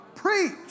Preach